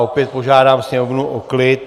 Opět požádám sněmovnu o klid.